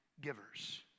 givers